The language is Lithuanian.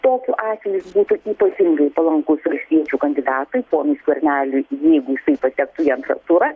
tokiu atveju jis būtų ypatingai palankus valstiečių kandidatui ponui skverneliui jeigu jisai patektų į antrą turą